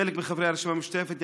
חלק מחברי הרשימה המשותפת,